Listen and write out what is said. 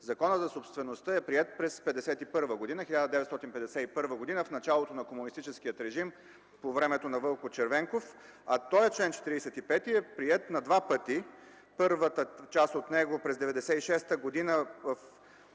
Законът за собствеността е приет през 1951 г., в началото на комунистическия режим, по времето на Вълко Червенков. Този чл. 45 е приет на два пъти. Първата част от него – през 1996 г. – втората